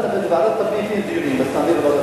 ההצעה להעביר את הנושא לוועדת